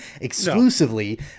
exclusively